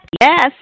Yes